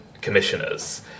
commissioners